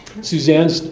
Suzanne